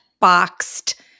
boxed